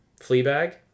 Fleabag